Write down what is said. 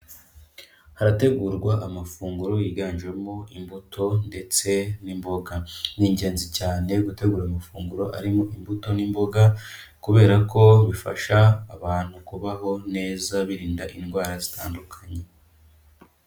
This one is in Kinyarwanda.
Harategurwa amafunguro yiganjemo imbuto ndetse n'imboga. Ni ingenzi cyane gutegura amafunguro arimo imbuto n'imboga, kubera ko bifasha abantu kubaho neza birinda indwara zitandukanye.